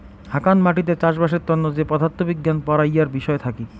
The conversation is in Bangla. হাকান মাটিতে চাষবাসের তন্ন যে পদার্থ বিজ্ঞান পড়াইয়ার বিষয় থাকি